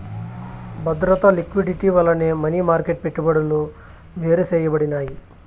బద్రత, లిక్విడిటీ వల్లనే money market పెట్టుబడులు వేరుసేయబడినాయి